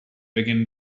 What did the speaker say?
begin